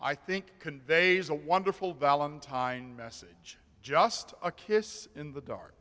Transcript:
i think conveys a wonderful valentine message just a kiss in the dark